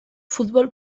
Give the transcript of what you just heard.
futbol